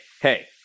hey